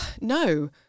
no